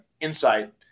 insight